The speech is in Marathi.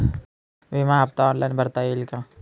विमा हफ्ता ऑनलाईन भरता येईल का?